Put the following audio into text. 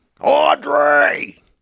Audrey